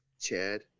Chad